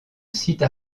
sites